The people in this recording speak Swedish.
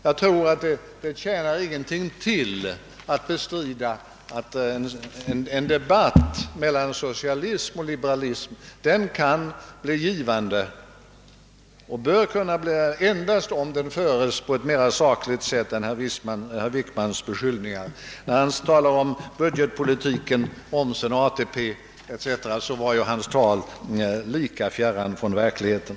Det tjänar ingenting till att bestrida att en debatt mellan socialister och liberaler blir givande endast om den förs på ett mer sakligt sätt än herr Wickman gjorde i sitt anförande med alla dess beskyllningar. När han talade om budgetpolitiken, omsen och ATP var hans tal mycket fjärran från verkligheten.